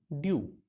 due